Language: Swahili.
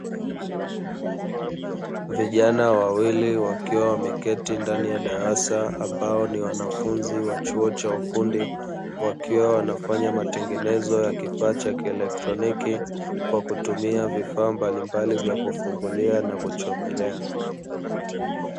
Vijana wawili wakiwa wameketi ndani ya darasa, ambao ni wanafunzi wa chuo cha ufundi; wakiwa wanafanya matengenezo ya kifaa cha kielektroniki kwa kutumia vifaa mbalimbali vya kufungulia na kuchomelea.